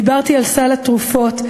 דיברתי על סל התרופות,